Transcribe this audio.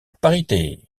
parité